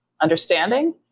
understanding